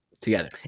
Together